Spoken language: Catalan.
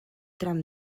tram